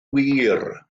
wir